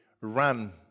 run